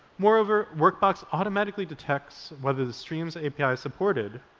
moreover, workbox automatically detects whether the streams api is supported,